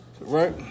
right